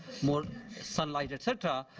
more sunlight, et cetera,